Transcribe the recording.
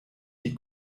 die